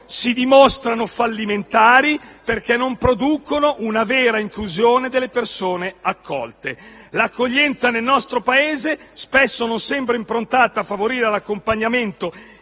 si dimostrano fallimentari perché non producono una vera inclusione delle persone accolte. L'accoglienza nel nostro Paese spesso non sembra improntata a favorire l'accompagnamento